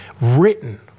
written